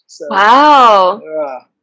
Wow